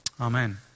amen